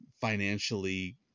financially